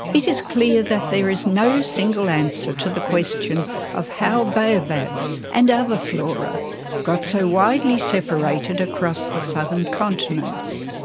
it is clear that there is no single answer to the question of how baobabs and other flora got so widely separated across the southern continents.